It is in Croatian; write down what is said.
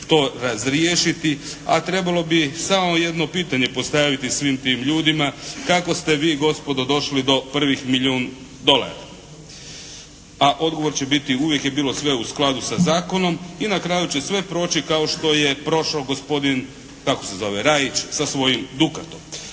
to razriješiti, a trebalo bi samo jedno pitanje postaviti svim tim ljudima kako ste vi gospodo došli do prvih milijun dolara, a odgovor će biti uvijek je bilo sve u skladu sa zakonom i na kraju će sve proći kao što je prošao gospodin, kako se zove Rajić sa svojim "Dukatom".